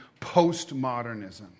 postmodernism